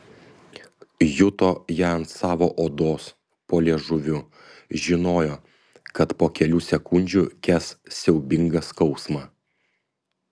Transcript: juto ją ant savo odos po liežuviu žinojo kad po kelių sekundžių kęs siaubingą skausmą